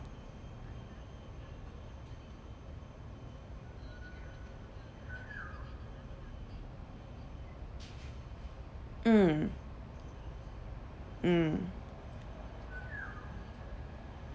mm mm